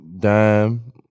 Dime